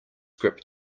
grip